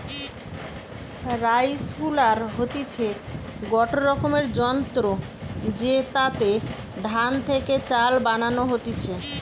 rice huller হতিছে গটে রকমের যন্ত্র জেতাতে ধান থেকে চাল বানানো হতিছে